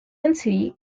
entity